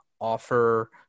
offer